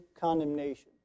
condemnation